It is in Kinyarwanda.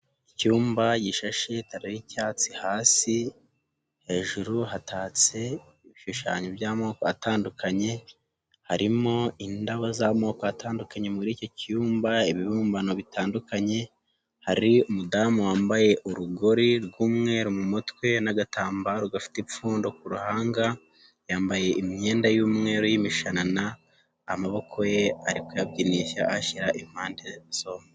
Icyumba gishashe taro y'icyatsi hasi, hejuru hatatse ibishushanyo by'amoko atandukanye, harimo indabo z'amoko atandukanye muri icyo cyumba, ibibumbano bitandukanye, hari umudamu wambaye urugori rw'umweru mu mutwe n'agatambaro gafite ipfundo ku ruhanga, yambaye imyenda y'umweru y'imishanana, amaboko ye ari kuyabyinisha ayashyira impande zombi.